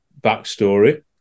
backstory